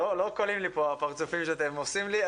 לא קלים לי פה הפרצופים שאתם עושים לי,